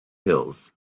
hills